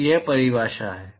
तो वह परिभाषा है